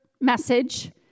message